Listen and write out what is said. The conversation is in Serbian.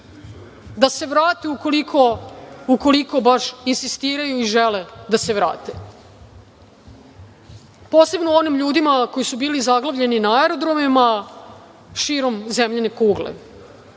da se vrate ukoliko baš insistiraju i žele da se vrate. Posebno onim ljudima koji su bili zaglavljeni na aerodromima širom zemljine